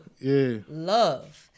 love